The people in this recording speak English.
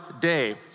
day